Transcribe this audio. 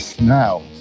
Now